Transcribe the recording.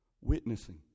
witnessing